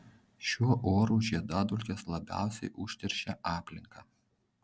šiuo oru žiedadulkės labiausiai užteršia aplinką